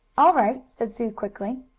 all right, said sue quickly.